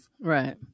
Right